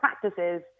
practices